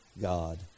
God